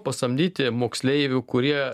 pasamdyti moksleivių kurie